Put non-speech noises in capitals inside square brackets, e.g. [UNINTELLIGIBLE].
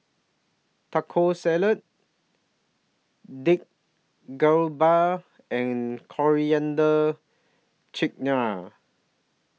Taco Salad Dik [UNINTELLIGIBLE] and Coriander Chutney